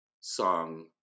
song